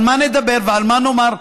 על מה נדבר ועל מה נאמר,